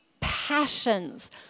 passions